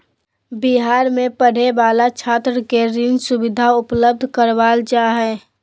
बिहार में पढ़े वाला छात्र के ऋण सुविधा उपलब्ध करवाल जा हइ